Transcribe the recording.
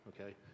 Okay